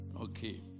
Okay